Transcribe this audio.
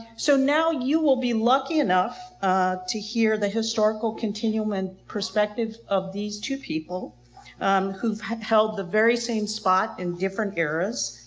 so now you will be lucky enough to hear the historical continuum and perspective of these two people who held the very same spot in different eras,